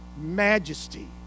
majesty